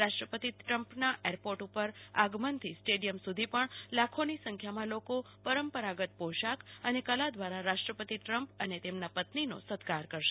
રાષ્ટ્રપતિ ટ્રમ્પના એરપોર્ટ ઉપર આગમન થી સ્ટેડિથમ સુધી પણ લાખોની સંખ્યામાં લોકો પરંપરાગત પોશાક અને કલા દ્વારા રાષ્ટ્રપતિ ટ્રમ્પ અને તેમના પત્ની નો સત્કાર કરશે